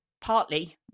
Partly